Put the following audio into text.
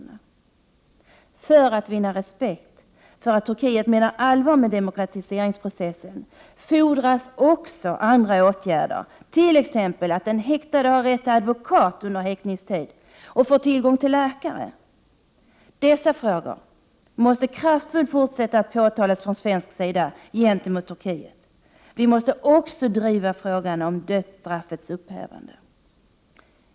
För att Turkiet skall vinna respekt för att man menar allvar med demokratiseringsprocessen fordras också andra åtgärder, t.ex. att den häktade har rätt till advokat under häktningstiden och får tillgång till läkare. Dessa frågor måste kraftfullt fortsätta att påtalas från svensk sida gentemot Turkiet. Vi måste också driva frågan om dödsstraffets avskaffande.